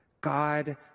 God